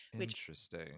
Interesting